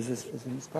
מה המספר?